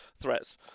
threats